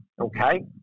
Okay